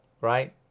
right